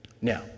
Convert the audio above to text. Now